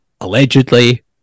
allegedly